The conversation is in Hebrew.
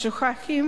שוכחים